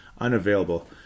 Unavailable